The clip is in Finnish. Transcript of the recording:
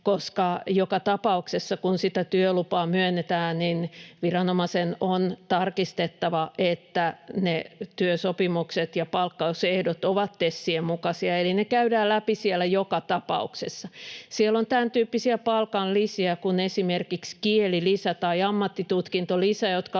koska joka tapauksessa, kun sitä työlupaa myönnetään, viranomaisen on tarkistettava, että ne työsopimukset ja palkkausehdot ovat TESien mukaisia, eli ne käydään läpi siellä joka tapauksessa. Siellä on tämäntyyppisiä palkanlisiä kuin esimerkiksi kielilisä tai ammattitutkintolisä,